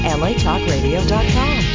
latalkradio.com